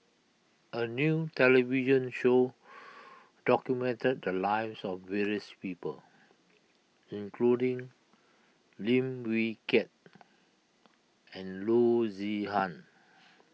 a new television show documented the lives of various people including Lim Wee Kiak and Loo Zihan